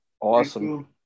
Awesome